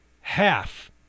half